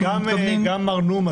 -- גם מר נומה צריך להגיע לכאן.